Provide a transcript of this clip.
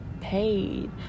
paid